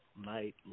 night